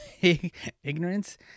Ignorance